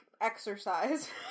exercise